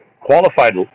qualified